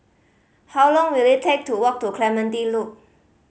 how long will it take to walk to Clementi Loop